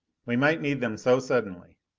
we might need them so suddenly!